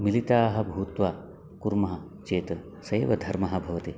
मिलिताः भूत्वा कुर्मः चेत् सः एव धर्मः भवति